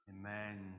amen